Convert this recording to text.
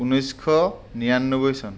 ঊনৈছশ নিৰান্নবৈ চন